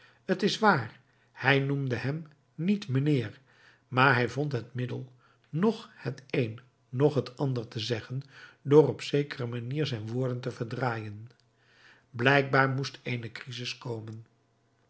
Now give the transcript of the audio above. t is waar hij noemde hem niet mijnheer maar hij vond het middel noch het een noch het ander te zeggen door op zekere manier zijn woorden te verdraaien blijkbaar moest eene crisis komen